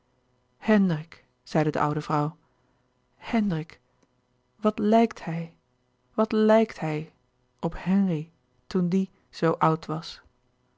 hendrik zeide de oude vrouw hendrik wat lijkt hij wat lijkt hij op henri toen die zoo oud was